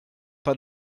pas